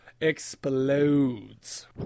explodes